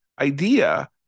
idea